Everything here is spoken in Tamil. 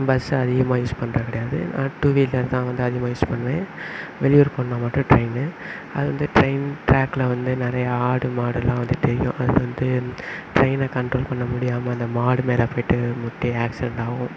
பஸ்ஸு அதிகமாக யூஸ் பண்ணுறது கிடையாது நான் டூ வீலர் தான் வந்து அதிகமாக யூஸ் பண்ணுவேன் வெளியூர் போகணுன்னா மட்டும் ட்ரெயினு அது வந்து ட்ரெயின் டிராக்கில் வந்து நிறையா ஆடு மாடுலாம் வந்து தெரியும் அது வந்து ட்ரெயினை கண்ட்ரோல் பண்ண முடியாமல் அந்த மாடு மேலே போய்ட்டு முட்டி ஆக்சிடன்ட் ஆகும்